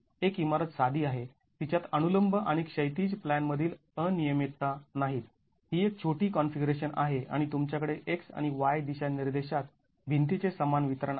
एक इमारत साधी आहे तिच्यात अनुलंब आणि क्षैतिज प्लॅन मधील अनियमितता नाहीत ही एक छोटी कॉन्फिगरेशन आहे आणि तुमच्याकडे x आणि y दिशानिर्देशात भिंतीचे समान वितरण आहे